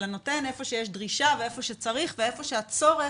אלא נותן איפה שיש דרישה ואיפה שצריך ואיפה שהצורך